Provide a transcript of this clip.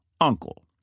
uncle